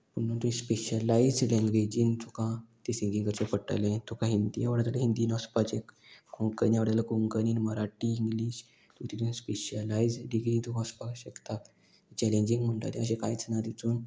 specialised लँग्वेजीन तुका तें सिंगींग करचें पडटलें तुका हिंदी आवडटा हिंदीन वचपाचें कोंकणी आवडटा जाल्यार कोंकणीन मराठी इंग्लीश तुका तितून स्पेशलायज्ड डिग्री तुका वचपाक शकता चॅलेंजींग म्हणटा तें अशें कांयच ना तितून